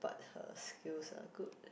her skills are good